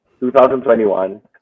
2021